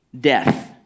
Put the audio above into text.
death